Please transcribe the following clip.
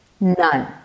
None